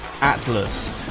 atlas